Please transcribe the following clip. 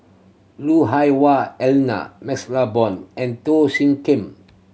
Lui Hah Wah Elena MaxLe Blond and Teo Soon Kim